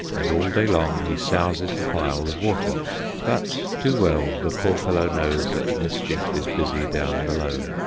and all day long he souses the pile with water but too well the poor fellow knows that mischief is busy down below.